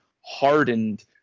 hardened